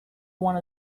one